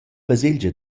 baselgia